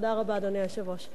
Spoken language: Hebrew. תודה רבה, אדוני היושב-ראש.